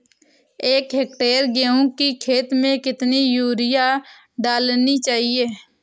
एक हेक्टेयर गेहूँ की खेत में कितनी यूरिया डालनी चाहिए?